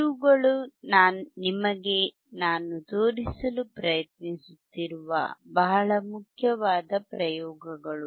ಇವುಗಳು ನಿಮಗೆ ನಾನು ತೋರಿಸಲು ಪ್ರಯತ್ನಿಸುತ್ತಿರುವ ಬಹಳ ಮುಖ್ಯವಾದ ಪ್ರಯೋಗಗಳು